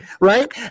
right